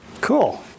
Cool